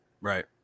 right